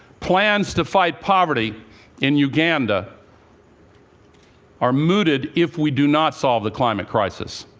plans to fight poverty in uganda are mooted, if we do not solve the climate crisis.